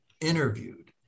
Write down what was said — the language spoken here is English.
interviewed